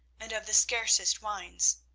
and of the scarcest wines,